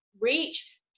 reach